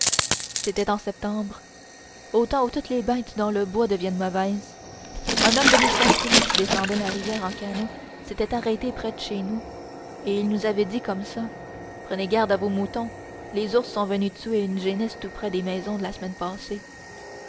c'était en septembre au temps où toutes les bêtes dans le bois deviennent mauvaises un homme de mistassini qui descendait la rivière en canot s'était arrêté près de chez nous et il nous avait dit comme ça prenez garde à vos moutons les ours sont venus tuer une génisse tout près des maisons la semaine passée